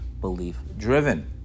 belief-driven